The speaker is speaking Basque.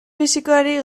fisikoari